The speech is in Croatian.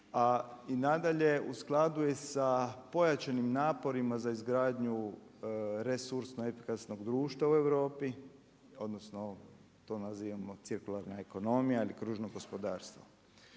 A i nadalje, u skladu je sa pojačanim naporima za izgradnju resursno efikasnog društva u Europi, odnosno to nazivamo cirkularna ekonomija ili kružno gospodarstvo.